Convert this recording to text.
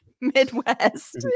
Midwest